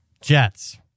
Jets